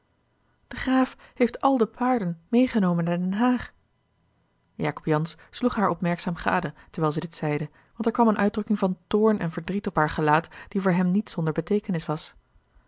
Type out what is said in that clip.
de graaf heeft al de paarden meêgenomen naar den haag jacob jansz sloeg haar opmerkzaam gade terwijl zij dit zeide want er kwam eene uitdrukking van toorn en verdriet op haar gelaat die voor hem niet zonder beteekenis was